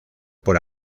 por